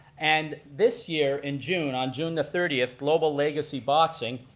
and this year in june, on june the thirtieth, global legacy boxing